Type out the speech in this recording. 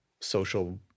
social